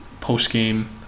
post-game